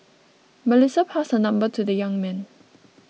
Melissa passed her number to the young man